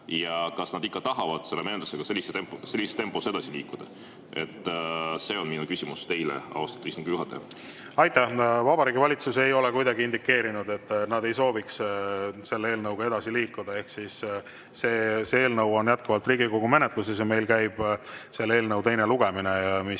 et kas nad ikka tahavad selle menetlusega sellises tempos edasi liikuda? See on minu küsimus teile, austatud istungi juhataja. Aitäh! Vabariigi Valitsus ei ole kuidagi indikeerinud, et nad ei sooviks selle eelnõuga edasi liikuda, ehk see eelnõu on jätkuvalt Riigikogu menetluses ja meil käib selle eelnõu teine lugemine, mis